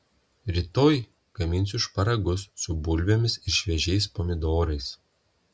rytoj gaminsiu šparagus su bulvėmis ir šviežiais pomidorais